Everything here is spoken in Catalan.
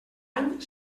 any